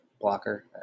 blocker